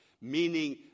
meaning